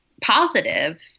positive